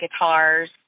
guitars